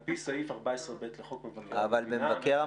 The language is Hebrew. על פי סעיף 14(ב) לחוק מבקר המדינה,